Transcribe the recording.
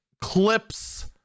clips